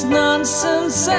nonsense